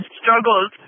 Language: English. struggles